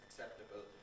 acceptable